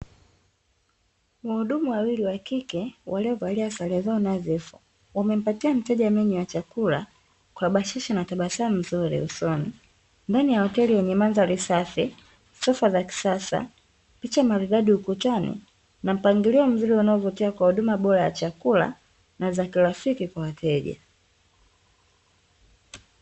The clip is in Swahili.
Wahudumu wawili wa kike waliovalia sare zao nadhifu, wamempatia mteja menyu ya chakula kwa bashasha na tabasamu zuri usoni, ndani ya hoteli yenye mandhari safi, sofa za kisasa, picha maridadi ukutani na mpangilio mzuri unaovutia chakula, na za kirafiki kwa wateja.